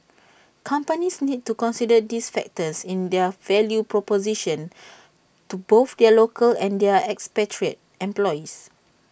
companies need to consider these factors in their value proposition to both their local and their expatriate employees